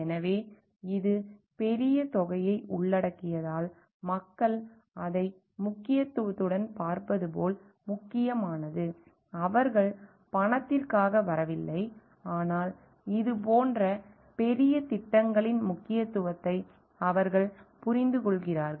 எனவே இது பெரிய தொகையை உள்ளடக்கியதால் மக்கள் அதை முக்கியத்துவத்துடன் பார்ப்பது போல் முக்கியமானது அவர்கள் பணத்திற்காக வரவில்லை ஆனால் இதுபோன்ற பெரிய திட்டங்களின் முக்கியத்துவத்தை அவர்கள் புரிந்துகொள்கிறார்கள்